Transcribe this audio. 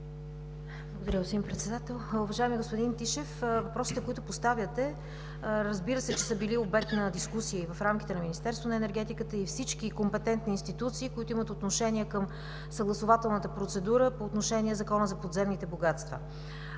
Благодаря, господин Председател. Уважаеми господин Тишев, въпросите, които поставяте, разбира се, че са били обект на дискусии в рамките на Министерството на енергетиката и всички компетентни институции, които имат отношение към съгласувателната процедура по отношение на Закона за подземните богатства.